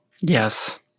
Yes